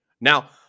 Now